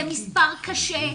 זה מספר קשה,